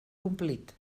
complit